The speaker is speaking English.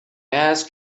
asked